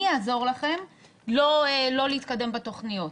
אני אעזור לכם לא להתקדם בתוכניות,